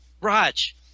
Raj